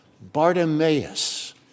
Bartimaeus